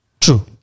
True